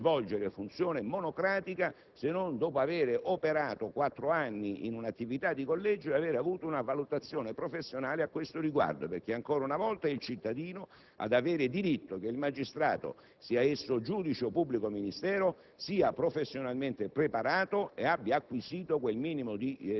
per la quale nessun magistrato può svolgere funzione monocratica se non dopo aver operato quattro anni in un'attività di collegio ed aver avuto una valutazione professionale a questo riguardo. Perché ancora una volta è il cittadino ad avere diritto che il magistrato, sia esso giudice o pubblico ministero, sia professionalmente preparato